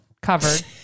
covered